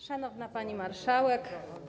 Szanowna Pani Marszałek!